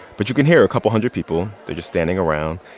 but you can hear a couple hundred people. they're just standing around.